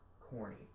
corny